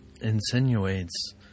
Insinuates